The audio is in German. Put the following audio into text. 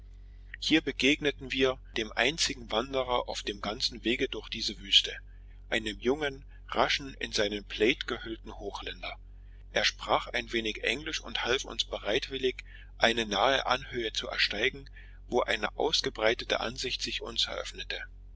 hier begegneten wir dem einzigen wanderer auf dem ganzen wege durch diese wüste einem jungen raschen in seinen plaid gehüllten hochländer er sprach ein wenig englisch und half uns bereitwillig eine nahe anhöhe zu ersteigen wo eine ausgebreitete ansicht sich uns eröffnete